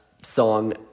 Song